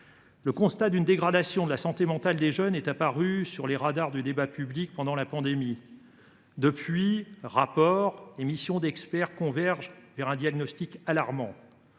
Le constat d’une dégradation de la santé mentale des jeunes est apparu sur les radars du débat public pendant la pandémie. Depuis, rapports et missions d’experts convergent vers un diagnostic alarmant.